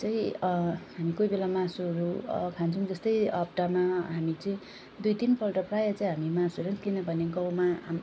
चाहिँ हामी कोही बेला मासुहरू खान्छौँ जस्तै हप्तामा हामी चाहिँ दुई तिनपल्ट प्राय चाहिँ हामी मासुहरू किनभने गाउँमा अब